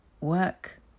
Work